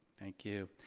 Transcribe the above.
thank you.